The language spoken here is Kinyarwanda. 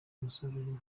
umusaruro